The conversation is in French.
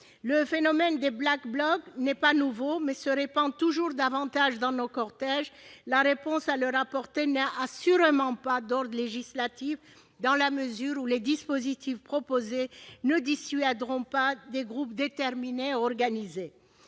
Le phénomène des Blacks Blocs n'est pas nouveau, mais se développe toujours davantage dans nos cortèges. La réponse à apporter n'est assurément pas d'ordre législatif, dans la mesure où les dispositifs envisagés ne dissuaderont pas des groupes déterminés et organisés.